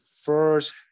first